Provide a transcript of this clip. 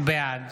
בעד